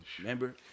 remember